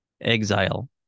exile